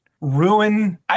ruin